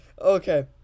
Okay